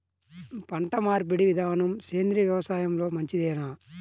పంటమార్పిడి విధానము సేంద్రియ వ్యవసాయంలో మంచిదేనా?